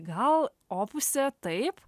gal opuse taip